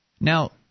Now